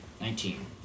Nineteen